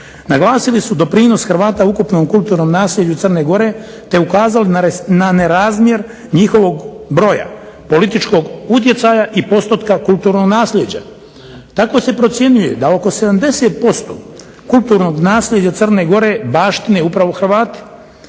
Naglasili su doprinos Hrvata u ukupnom kulturnom naslijeđu Crne Gore te ukazali na nesrazmjer njihovog broja, političkog utjecaja i postotka kulturnog naslijeđa. Tako se procjenjuje da oko 70% kulturnog naslijeđa Crne Gore baštine upravo Hrvati.